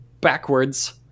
backwards